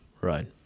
right